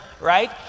right